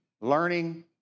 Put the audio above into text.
learning